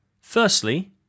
firstly